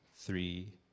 three